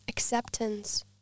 Acceptance